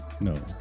No